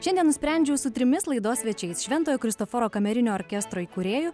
šiandien nusprendžiau su trimis laidos svečiais šventojo kristoforo kamerinio orkestro įkūrėju